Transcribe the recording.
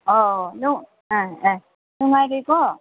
ꯑꯦ ꯑꯦ ꯅꯨꯡꯉꯥꯏꯔꯤꯀꯣ